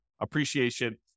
appreciation